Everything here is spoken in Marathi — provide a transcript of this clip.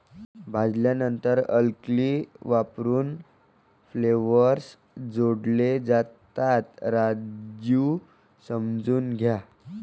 भाजल्यानंतर अल्कली वापरून फ्लेवर्स जोडले जातात, राजू समजून घ्या